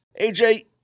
AJ